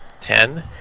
Ten